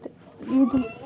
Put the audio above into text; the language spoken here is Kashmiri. تہٕ عیٖدُ ال